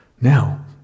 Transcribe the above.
Now